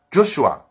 Joshua